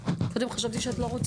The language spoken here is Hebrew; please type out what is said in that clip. קצת את התחומים שלנו.